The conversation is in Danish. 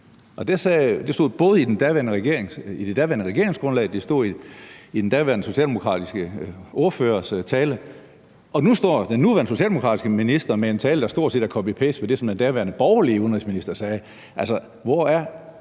det stod både i det daværende regeringsgrundlag, og det stod i den daværende socialdemokratiske ordførers tale, og nu står den nuværende socialdemokratiske minister med en tale, der stort set er copy-paste fra det, som den daværende borgerlige udenrigsminister sagde. Hvor er